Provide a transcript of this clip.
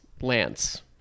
lance-